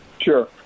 Sure